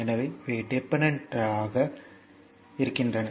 எனவே இவை டிபெண்டன்ட் ஆக இருக்கின்றன